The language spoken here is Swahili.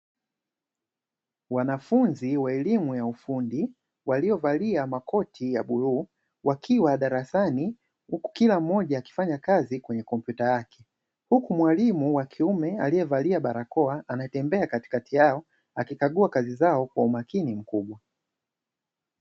wanafunzi wa elimu ya ufundi waliovalia makoti ya buluu, wakiwa darasani huku kila mmoja akifanya kazi kwenye kompyuta yake, huku mwalimu wa kiume aliyevalia barakoa anatembea katikati yao, akikagua kazi zao kwa umakini mkubwa .